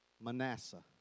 Manasseh